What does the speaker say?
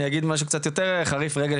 אני רוצה להיות קצת יותר חריף רגע,